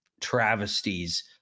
travesties